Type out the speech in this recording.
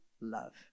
love